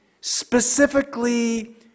specifically